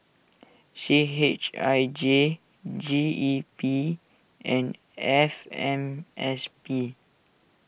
C H I J G E P and F M S P